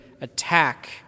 attack